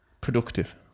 Productive